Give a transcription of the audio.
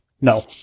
No